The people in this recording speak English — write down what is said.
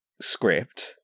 script